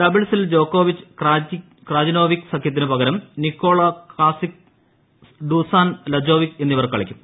ഡബിൾസിൽ ജോക്കോവിച്ച് ക്രാജിനോവിക് സഖ്യത്തിന് പകരം നിക്കോള കാസിക് ഡൂസാൻ ലജോവിക് എന്നിവർ കളിക്കും